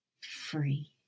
free